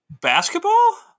Basketball